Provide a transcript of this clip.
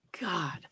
God